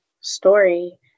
story